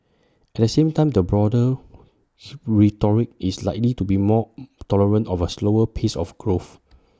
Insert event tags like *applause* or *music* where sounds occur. at the same time the broader *noise* rhetoric is likely to be more *hesitation* tolerant of A slower pace of growth